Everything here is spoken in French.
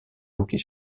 hockey